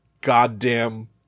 goddamn